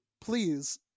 please